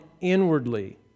inwardly